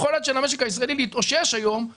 היכולת של המשק הישראלי להתאושש היום היא